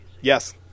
yes